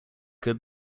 could